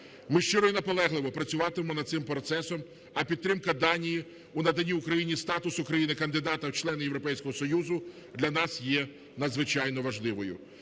Ми щиро і наполегливо працюватимемо над цим процесом, а підтримка Данії у наданні Україні статусу країни-кандидата у члени Європейського Союзу для нас є надзвичайно важливою.